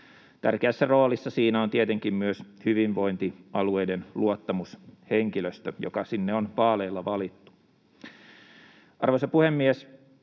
tärkeässä roolissa siinä on tietenkin myös hyvinvointialueiden luottamushenkilöstö, joka sinne on vaaleilla valittu. Arvoisa puhemies!